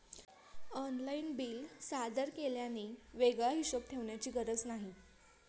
online bill सादर केल्याने वेगळा हिशोब ठेवण्याची गरज नाही